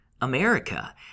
America